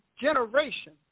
generation